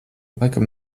laikam